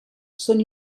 són